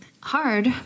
hard